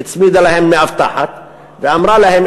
היא הצמידה להם מאבטחת ואמרה להם,